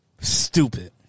Stupid